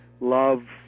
love